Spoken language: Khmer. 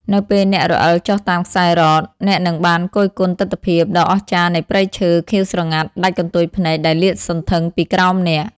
នៅពេលអ្នករអិលចុះតាមខ្សែរ៉ក អ្នកនឹងបានគយគន់ទិដ្ឋភាពដ៏អស្ចារ្យនៃព្រៃឈើខៀវស្រងាត់ដាច់កន្ទុយភ្នែកដែលលាតសន្ធឹងពីក្រោមអ្នក។